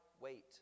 wait